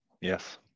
Yes